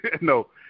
no